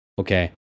okay